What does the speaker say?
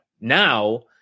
now